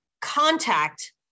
contact